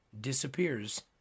disappears